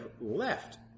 left